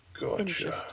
Gotcha